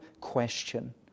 question